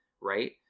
right